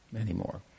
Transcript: anymore